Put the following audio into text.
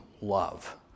love